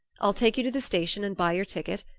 i'll take you to the station and buy your ticket,